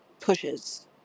pushes